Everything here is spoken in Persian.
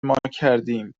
ماکردیم